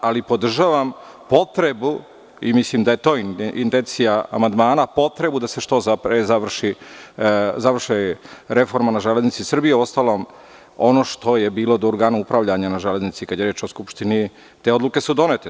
Ali, podržavam potrebu i mislim da je to intencija amandmana da se što pre završi reforma na „Železnici Srbije“, u ostalom ono što je bilo do organa upravljanja na „Železnicama Srbije“, kada je reč o Skupštini, te odluke su donete.